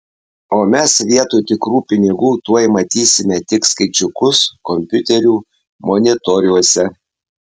o mes vietoj tikrų pinigų tuoj matysime tik skaičiukus kompiuterių monitoriuose